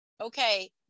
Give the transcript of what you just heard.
okay